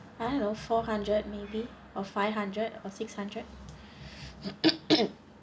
I don't know four hundred maybe or five hundred or six hundred